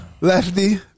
Lefty